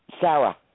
Sarah